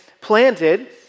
planted